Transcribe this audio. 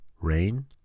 rain